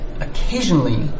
Occasionally